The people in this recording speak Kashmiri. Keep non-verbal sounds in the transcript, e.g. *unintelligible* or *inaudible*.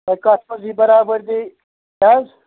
تۄہہِ کَتھ منٛز یی برابٔدی *unintelligible* حظ